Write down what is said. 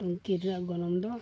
ᱴᱩᱝᱠᱤ ᱨᱮᱱᱟᱜ ᱜᱚᱱᱚᱝ ᱫᱚ